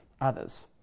others